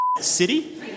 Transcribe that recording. city